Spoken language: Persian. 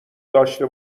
داشته